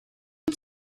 wyt